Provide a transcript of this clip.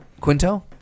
Quinto